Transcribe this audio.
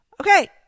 Okay